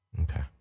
Okay